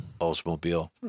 Oldsmobile